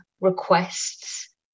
requests